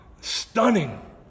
Stunning